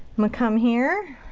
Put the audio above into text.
gonna come here.